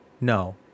No